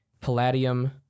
palladium